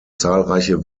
zahlreiche